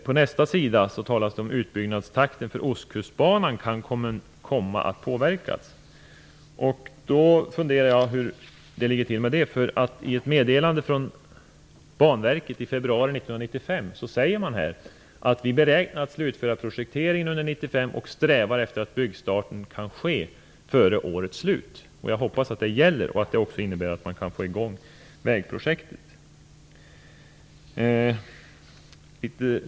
På nästa sida talas det om "att utbyggnadstakten för Ostkustbanan kan komma att påverkas". Då funderar jag hur det ligger till. I ett meddelande från Banverket i februari 1995 säger man: Vi beräknar att slutföra projekteringen under 1995 och strävar efter att byggstarten kan ske före årets slut. Jag hoppas att det gäller och att det innebär att man kan få i gång vägprojekt.